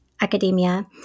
academia